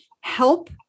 help